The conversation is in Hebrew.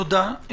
תודה.